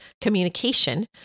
communication